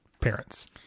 parents